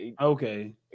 Okay